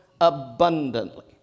abundantly